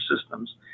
systems